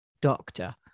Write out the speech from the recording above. doctor